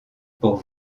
pour